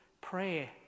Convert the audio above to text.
prayer